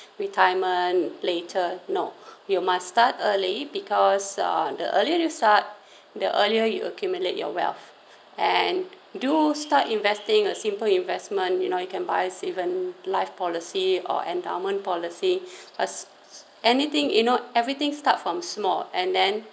retirement later no you must start early because uh the earlier you start the earlier you accumulate your wealth and do start investing a simple investment you know you can buy even life policy or endowment policy as anything you know everything start from small and then